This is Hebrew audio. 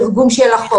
תרגום של החוק,